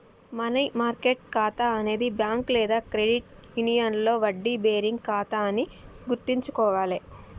money market ఖాతా అనేది bank లేదా క్రెడిట్ యూనియన్లో వడ్డీ బేరింగ్ ఖాతా అని గుర్తుంచుకోవాలే